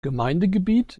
gemeindegebiet